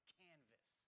canvas